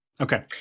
Okay